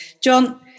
John